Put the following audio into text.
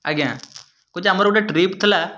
ଆଜ୍ଞା କହୁଛି ଆମର ଗୋଟେ ଟ୍ରିପ୍ ଥିଲା